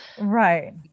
right